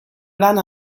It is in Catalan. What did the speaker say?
gran